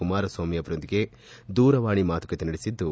ಕುಮಾರಸ್ವಾಮಿ ಅವರೊಂದಿಗೆ ದೂರವಾಣಿ ಮಾತುಕತೆ ನಡೆಸಿದ್ದು